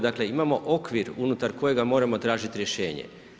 Dakle imamo okvir unutar kojega moramo tražiti rješenje.